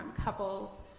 couple's